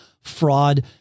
fraud